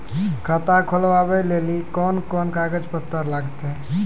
खाता खोलबाबय लेली कोंन कोंन कागज पत्तर लगतै?